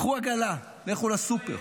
קחו עגלה, לכו לסופר,